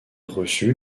reçut